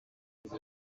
uko